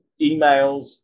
emails